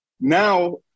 now